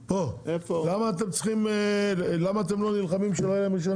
למה אתם לא נלחמים על זה שהם לא יצטרכו רישיון